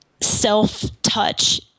self-touch